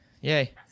Yay